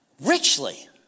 richly